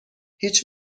هیچ